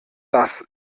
das